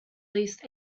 least